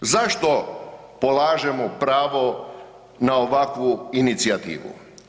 Zašto polažemo pravo na ovakvu inicijativu?